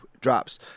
drops